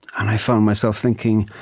and i found myself thinking,